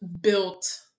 built